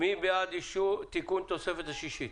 מי בעד התיקון לתוספת השישית?